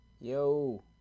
Yo